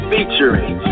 Featuring